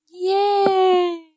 Yay